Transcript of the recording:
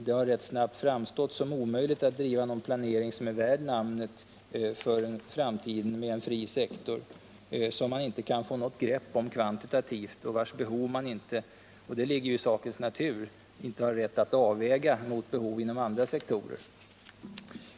Det har rätt snabbt framstått som omöjligt att driva någon planering, värd namnet, för framtiden med en fri sektor, som man inte kan få något grepp om kvantitativt och vars behov man inte — det ligger ju i sakens natur — hade rätt att avväga mot behov inom andra sektorer.